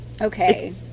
Okay